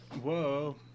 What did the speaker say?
Whoa